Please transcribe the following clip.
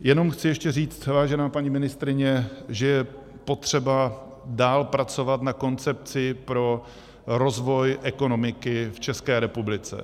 Jenom chci ještě říct, vážená paní ministryně, že je potřeba dál pracovat na koncepci pro rozvoj ekonomiky v České republice.